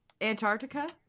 antarctica